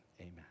amen